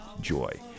joy